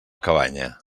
cabanya